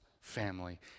family